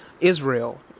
Israel